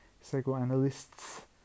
Psychoanalysts